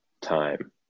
time